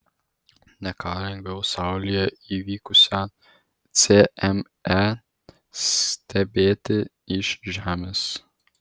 ne ką lengviau saulėje įvykusią cme stebėti iš žemės